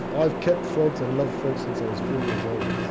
i've kept frogs and loved frogs since i was four years old.